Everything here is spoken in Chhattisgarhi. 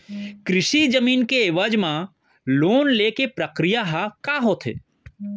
कृषि जमीन के एवज म लोन ले के प्रक्रिया ह का होथे?